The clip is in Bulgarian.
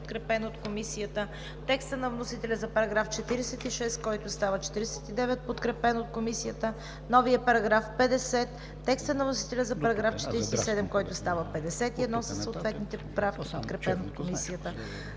подкрепен от Комисията; текста на вносителя за § 46, който става § 49, подкрепен от Комисията; новия § 50, текста на вносителя за § 47, който става § 51 със съответните поправки, подкрепен от Комисията;